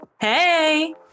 Hey